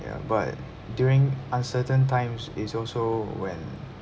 ya but during uncertain times is also when